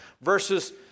Verses